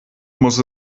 muss